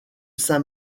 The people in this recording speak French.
saint